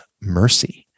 mercy